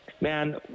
man